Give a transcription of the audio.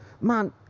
Man